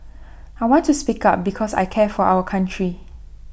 I want to speak up because I care for our country